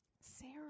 Sarah